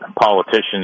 politicians